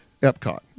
Epcot